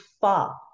far